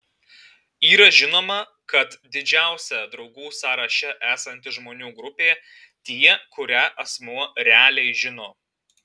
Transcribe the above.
yra žinoma kad didžiausia draugų sąraše esanti žmonių grupė tie kurią asmuo realiai žino